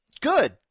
good